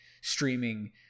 streaming